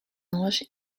ange